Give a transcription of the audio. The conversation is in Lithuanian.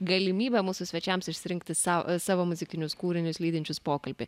galimybė mūsų svečiams išsirinkti sau savo muzikinius kūrinius lydinčius pokalbį